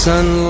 Sun